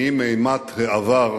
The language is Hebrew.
האם אימת העבר